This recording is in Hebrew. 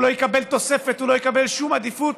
הוא לא יקבל תוספת, הוא לא יקבל שום עדיפות.